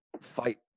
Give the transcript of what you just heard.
fight